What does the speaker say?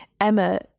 emma